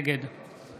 נגד